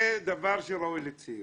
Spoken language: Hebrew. זה דבר שראוי לציון.